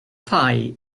pie